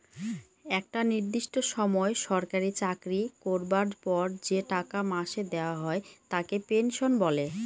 একটা নির্দিষ্ট সময় সরকারি চাকরি করবার পর যে টাকা মাসে দেওয়া হয় তাকে পেনশন বলে